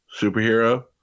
superhero